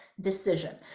decision